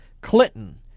Clinton